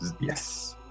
Yes